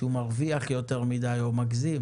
שהוא מרוויח יותר מדי או מגזים